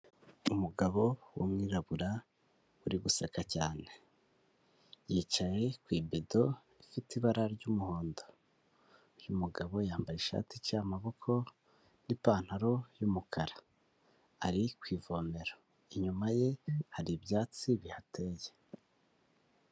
Umugabo w'umwirabura uri guseka cyane yicaye ku ibido ifite ibara ry'umuhondo. uyu mugabo yambaye ishati iciye amaboko n'ipantaro y'umukara ari ku ivomera inyuma ye hari ibyatsi bihateye.